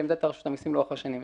ועמדת רשות המסים לאורך השנים.